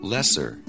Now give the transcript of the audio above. Lesser